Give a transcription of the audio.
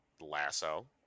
lasso